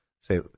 say